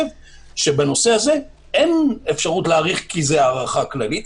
בנושא הזה אין אפשרות להאריך כי זו הארכה כללית,